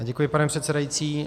Já děkuji, pane předsedající.